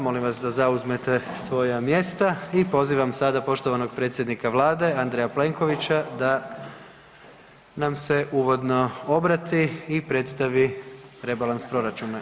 Molim vas da zauzmete svoja mjesta i pozivam sada poštovanog predsjednika Vlade, Andreja Plenkovića da nam se uvodno obrati i predstavi rebalans proračuna.